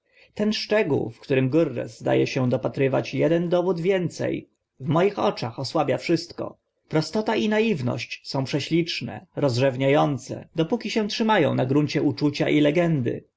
ten szczegół w którym grres zda e się dopatrywać eden dowód więce w moich oczach osłabia wszystko prostota i naiwność są prześliczne rozrzewnia ące dopóki się trzyma ą na gruncie uczucia i legendy